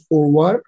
over